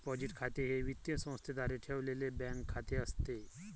deposit खाते हे वित्तीय संस्थेद्वारे ठेवलेले बँक खाते असते